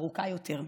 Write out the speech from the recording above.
ארוכה יותר.